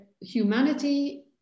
humanity